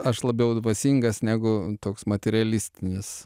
aš labiau dvasingas negu toks materialistinis